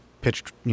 pitched